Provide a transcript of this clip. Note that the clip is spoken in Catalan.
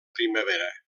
primavera